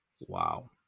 wow